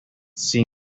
sin